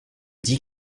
dit